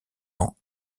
ans